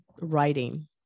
writing